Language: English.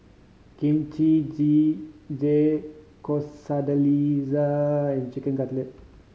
Kimchi Jjigae Quesadilla and Chicken Cutlet